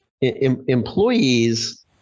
employees